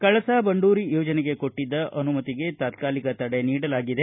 ಕಳಸಾ ಬಂಡೂರಿ ಯೋಜನೆಗೆ ಕೊಟ್ಟಿದ್ದ ಅನುಮತಿಗೆ ತಾತ್ಕಾಲಿಕ ತಡೆ ನೀಡಲಾಗಿದೆ